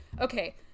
Okay